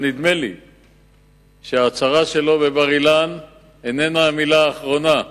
אבל נדמה לי שההצהרה שלו בבר-אילן איננה המלה האחרונה,